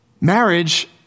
Marriage